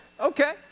Okay